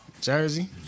Jersey